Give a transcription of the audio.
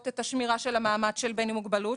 את השמירה של המעמד של בן עם מוגבלות.